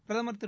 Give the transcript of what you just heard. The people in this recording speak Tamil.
பிரதமர் திரு